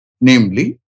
namely